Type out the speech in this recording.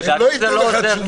לדעתי זה לא עוזר,